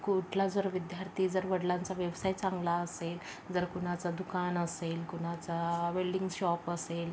कुठला जर विद्यार्थी जर वडलांचा व्यवसाय चांगला असेल जर कुणाचं दुकान असेल कुणाचा वेल्डिंग शॉप असेल